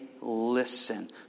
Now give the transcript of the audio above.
listen